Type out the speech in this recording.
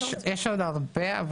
יש עוד הרבה.